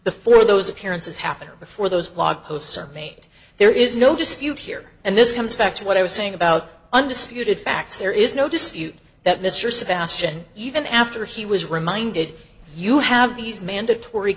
before those appearances happen before those blog posts are made there is no dispute here and this comes back to what i was saying about undisputed facts there is no dispute that mr sebastian even after he was reminded you have these mandatory